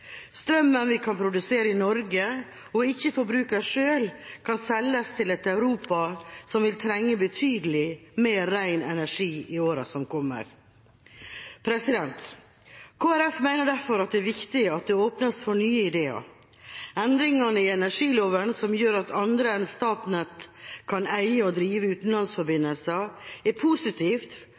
Strømmen vi kan produsere i Norge og ikke forbruker selv, kan selges til et Europa som vil trenge betydelig mer ren energi i årene som kommer. Kristelig Folkeparti mener derfor at det er viktig at det åpnes for nye ideer. Endringene i energiloven som gjør at andre enn Statnett kan eie og drive utenlandsforbindelser, er positivt